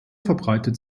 verbreitet